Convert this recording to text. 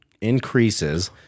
increases